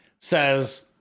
says